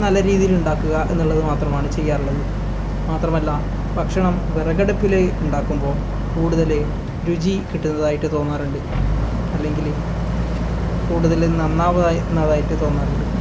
നല്ല രീതിയിലുണ്ടാക്കുക എന്നുള്ളത് മാത്രമാണ് ചെയ്യാറുള്ളത് മാത്രമല്ല ഭക്ഷണം വിറകടുപ്പിൽ ഉണ്ടാക്കുമ്പോൾ കൂടുതൽ രുചി കിട്ടുന്നതയായിട്ട് തോന്നാറുണ്ട് അല്ലെങ്കിൽ കൂടുതൽ നന്നാവുന്നതായി ന്നതായിട്ട് തോന്നാറുണ്ട്